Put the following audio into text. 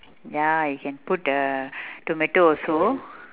ya you can put the tomato also